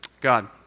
God